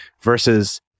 versus